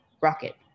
Rocket